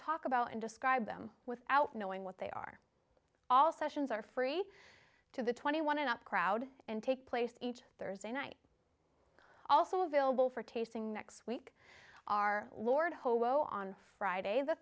talk about and describe them without knowing what they are all sessions are free to the twenty one and up crowd and take place each thursday night also available for tasting next week our lord hobo on friday the